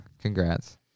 Congrats